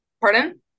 Pardon